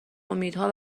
امیدها